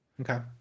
Okay